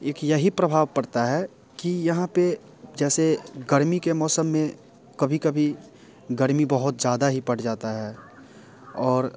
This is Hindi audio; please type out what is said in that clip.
एक यही प्रभाव पड़ता है कि यहाँ पर जैसे गर्मी के मौसम में कभी कभी गर्मी बहुत ज़्यादा ही पड़ जाती है और